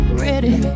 ready